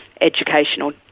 educational